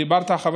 דיברת קודם,